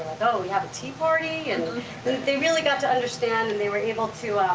oh yeah, the tea party? and they really got to understand and they were able to